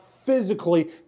Physically